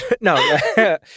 no